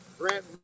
Grant